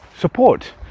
support